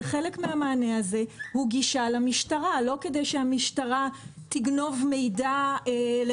חלק מהמענה הזה הוא גישה למשטרה ולא כדי שהמשטרה תגנוב מידע מהחברות